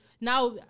Now